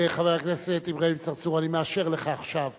חבר הכנסת אברהים צרצור, אני מאשר לך עכשיו